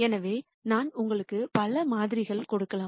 எனவே நான் உங்களுக்கு பல மாதிரிகள் கொடுக்கலாம்